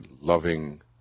loving